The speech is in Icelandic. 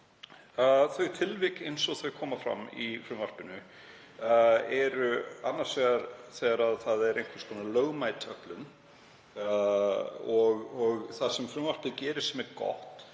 Þau tilvik, eins og þau koma fram í frumvarpinu, eru m.a. þegar um er að ræða einhvers konar lögmæta öflun. Og það sem frumvarpið gerir, sem er gott,